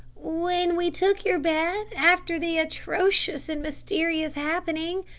when we took your bed, after the atrocious and mysterious happening,